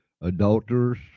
adulterers